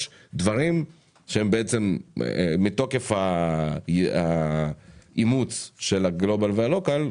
דברים שמתוקף האימוץ של הגלובאל והלוקל,